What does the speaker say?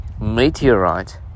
meteorite